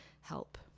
help